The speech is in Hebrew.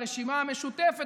לרשימה המשותפת,